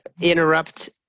interrupt